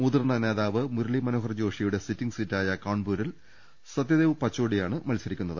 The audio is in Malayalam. മുതിർന്ന നേതാവ് മുരളി മനോഹർ ജോഷിയുടെ സിറ്റിങ് സീറ്റായ കാൺപൂരിൽ സത്യദേവ് പച്ചോഡിയാണ് മത്സരി ക്കുന്നത്